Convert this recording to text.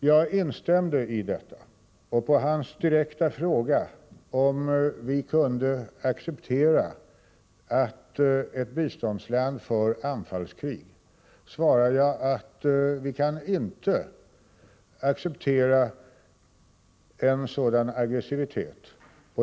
Jag instämde i detta, och på hans direkta fråga om vi kunde acceptera att ett mottagarland för anfallskrig svarade jag att vi inte kan acceptera en sådan aggressivitet.